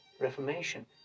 reformation